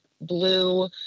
blue